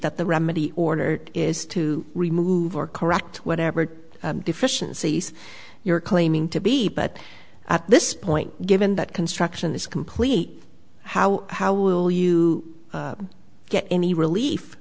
that the remedy ordered is to remove or correct whatever deficiencies you're claiming to be but at this point given that construction is complete how how will you get any relief